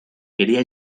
quería